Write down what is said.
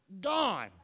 Gone